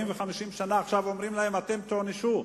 40 ו-50 שנה ועכשיו אומרים להם: אתם תיענשו,